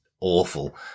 Awful